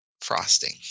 frosting